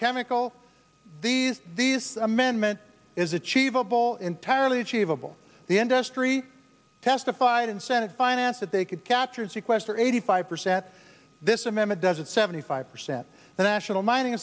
chemical these these amendment is achievable entirely achievable the industry testified in senate finance that they could capture sequester eighty five percent this amendment does it seventy five percent the national mining